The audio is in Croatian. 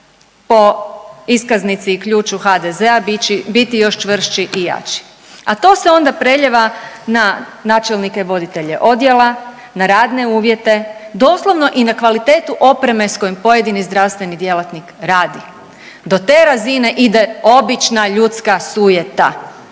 po iskaznici i ključu HDZ-a biti još čvršći i jači, a to se onda preljeva na načelnike i voditelje odjela, na radne uvjete, doslovno i na kvalitetu opreme s kojim pojedini zdravstveni djelatnik radi. Do te razine ide obična ljudska sujeta